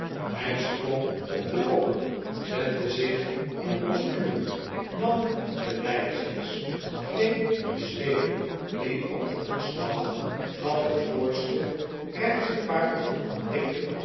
hij sprong op den bok zette zich in postuur nam de leidsels greep de zweep die op de koets lag gaf het voorste rechtsche paard een tik